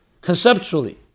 conceptually